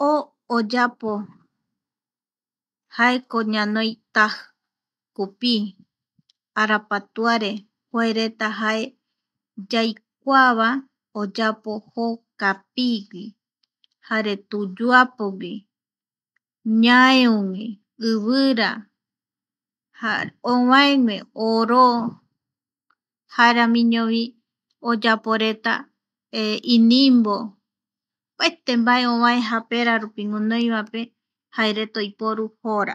O oyapo jaeko ñanoi taji, kupi, arapatuare, kua reta jae yaikuava oyapo jo kapigui jare tutuapogui, ñaeugui, ivira ovaegue jaeramiñovi oyaporeta inimbo opaete mbae ovae guinoi vape japerape ovae va pe oyapo jaereta oiporu jo ra.